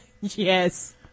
Yes